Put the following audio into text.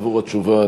על התשובה.